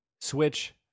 switch